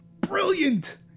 brilliant